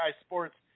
Sports